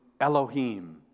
Elohim